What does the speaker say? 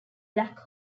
black